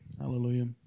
Hallelujah